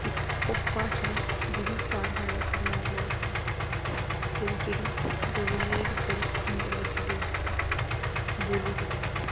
इक्क भाशा जेह्ड़ी सारें कशा अलग बनांदी इसगी ते जेह्ड़ी डोगरी ऐ ते एह् बड़ी खंड मिट्ठी डोगरी ऐ बोल्ली डोगरी